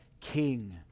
King